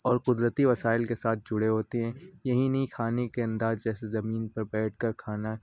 اور قدرتی وسائل کے ساتھ جڑے ہوتے ہیں یہی نہیں کھانے کے انداز جیسے زمین پر بیٹھ کر کھانا